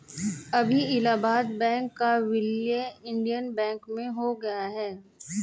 अभी इलाहाबाद बैंक का विलय इंडियन बैंक में हो गया है